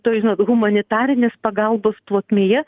toj žinot humanitarinės pagalbos plotmėje